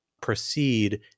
proceed